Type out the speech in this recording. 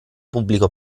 pubblico